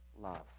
love